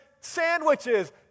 sandwiches